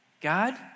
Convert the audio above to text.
God